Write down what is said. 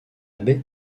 baie